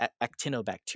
actinobacteria